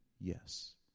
Yes